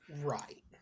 right